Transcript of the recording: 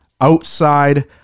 outside